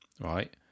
right